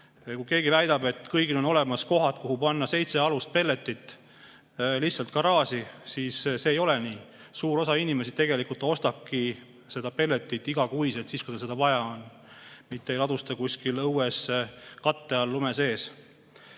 Kui keegi väidab, et kõigil on olemas kohad, kuhu panna seitse alust pelletit, näiteks lihtsalt garaaži, siis see ei ole nii. Suur osa inimesi tegelikult ostabki pelletit iga kuu, siis, kui seda vaja on, mitte ei ladusta kuskil õues katte all lume sees.